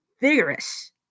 vigorous